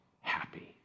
happy